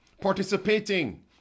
participating